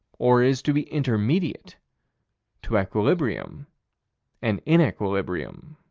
or is to be intermediate to equilibrium and inequilibrium.